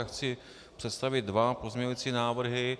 Chci představit dva pozměňující návrhy.